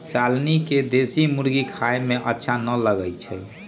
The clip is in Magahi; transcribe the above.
शालनी के देशी मुर्गी खाए में अच्छा न लगई छई